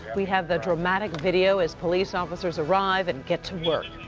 we have the dramatic video as police officers arrive and get to work.